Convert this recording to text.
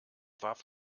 warf